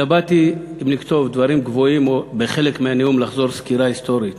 התלבטתי אם לכתוב דברים גבוהים או בחלק מהנאום לחזור לסקירה היסטורית,